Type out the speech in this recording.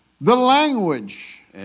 language